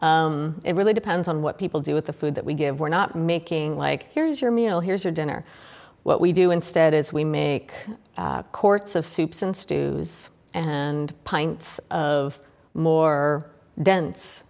know it really depends on what people do with the food that we give we're not making like here's your meal here's your dinner what we do instead is we make courts of soups and stews and pints of more dense